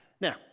Now